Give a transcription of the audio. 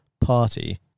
party